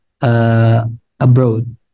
abroad